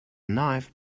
knife